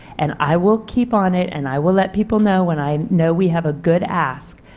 and i will keep on it and i will let people know when i know we have a good ask,